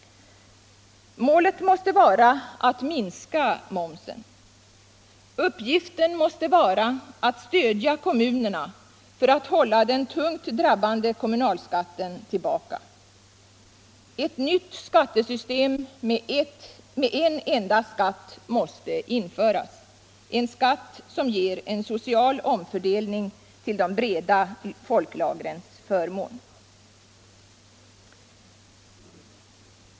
Målet måste vara att minska momsen. Uppgiften måste vara att stödja kommunerna för att hålla den tungt drabbande kommunalskatten tillbaka. Ett nytt skattesystem med en enda skatt måste införas, en skatt som ger en social omfördelning till de breda folklagrens förmån.